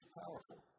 powerful